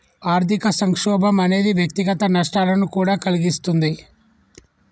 ఆర్థిక సంక్షోభం అనేది వ్యక్తిగత నష్టాలను కూడా కలిగిస్తుంది